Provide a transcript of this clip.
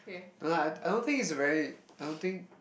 no lah I I don't think it's a very I don't think